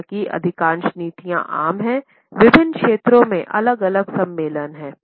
हालांकि अधिकांश नीतियां आम हैं विभिन्न क्षेत्रों में अलग अलग सम्मेलन हैं